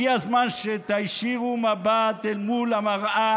הגיע הזמן שתישירו מבט אל מול המראה